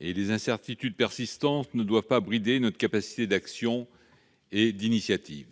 et les incertitudes persistantes ne doivent pas brider notre capacité d'action et d'initiative.